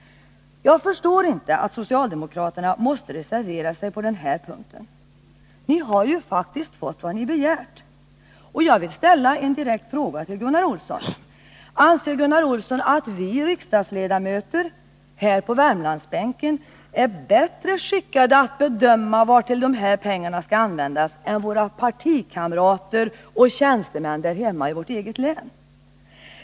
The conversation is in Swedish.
Jag förstår inte att socialdemokraterna måste reservera sig på denna punkt. Ni har ju faktiskt fått vad ni begärt. Jag vill ställa en direkt fråga till Gunnar Olsson. Anser Gunnar Olsson att vi riksdagsledamöter här på Värmlandsbänken är bättre skickade att bedöma vad pengarna skall användas till än våra partikamrater och tjänstemän där hemma i vårt eget län?